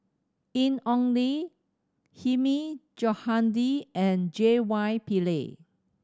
Ian Ong Li Hilmi Johandi and J Y Pillay